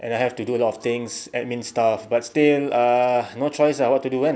and I have to do a lot of things admin stuff but still uh no choice ah what to do kan